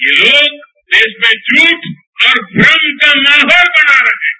यह लोग देश में झूठ और भ्रम का माहौल बना रहे हैं